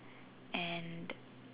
and